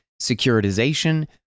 securitization